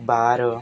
ବାର